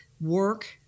work